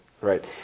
right